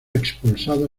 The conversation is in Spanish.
expulsado